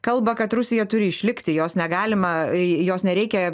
kalba kad rusija turi išlikti jos negalima jos nereikia